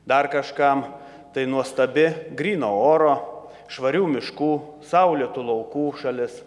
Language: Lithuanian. dar kažkam tai nuostabi gryno oro švarių miškų saulėtų laukų šalis